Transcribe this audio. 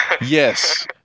Yes